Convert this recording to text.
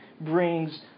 brings